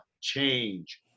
change